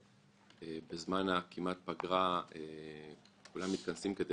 ובזמן הכמעט פגרה כולם מתכנסים כדי